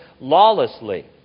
Lawlessly